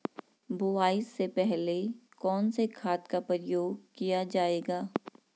बुआई से पहले कौन से खाद का प्रयोग किया जायेगा?